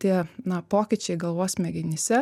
tie na pokyčiai galvos smegenyse